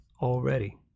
already